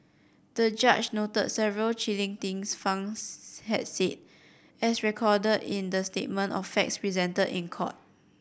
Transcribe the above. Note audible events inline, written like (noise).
the judge noted several chilling things Fang (unintelligible) had said as recorded in the statement of facts presented in court